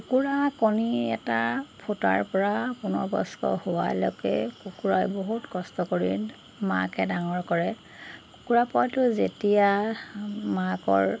কুকুৰা কণী এটা ফুটাৰপৰা পূৰ্ণবয়স্ক হোৱালৈকে কুকুৰাই বহুত কষ্ট কৰি মাকে ডাঙৰ কৰে কুকুৰা পোৱালিটো যেতিয়া মাকৰ